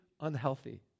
unhealthy